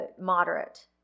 moderate